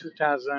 2000